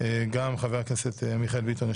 גם חבר הכנסת מיכאל ביטון,